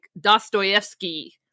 Dostoevsky